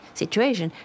situation